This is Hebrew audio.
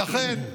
לכן,